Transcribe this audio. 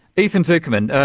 ethan zuckerman,